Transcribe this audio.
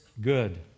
good